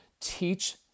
Teach